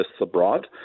abroad